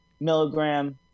milligram